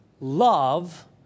Love